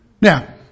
Now